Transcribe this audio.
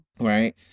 Right